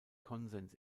konsens